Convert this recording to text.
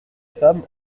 femmes